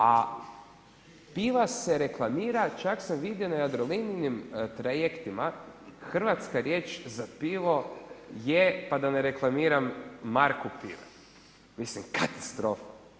A piva se reklamira, čak sam vidio na Jadrolinijinim trajektima hrvatska riječ za pivo je, pa da ne reklamiram marku pive, mislim katastrofa.